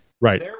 right